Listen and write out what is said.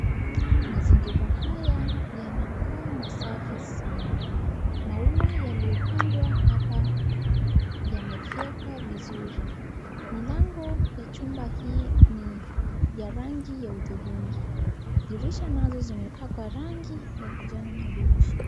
Mazingira haya yanakaa masafi sana. Maua yaliyopandwa hapa yamefyekwa vizuri. Milango ya chumba hii ni ya rangi ya udhurungi. Dirisha nazo zimepakwa rangi ya kijani kibichi.